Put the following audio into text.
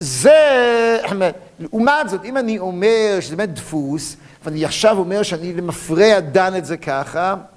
זה, לעומת זאת, אם אני אומר שזה באמת דפוס, ואני עכשיו אומר שאני למפרע דן את זה ככה